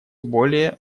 более